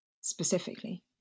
specifically